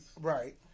Right